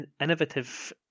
Innovative